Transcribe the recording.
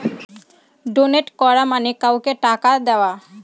donate করা মানে কাউকে টাকা দেওয়া